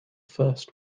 first